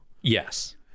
yes